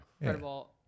incredible